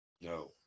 No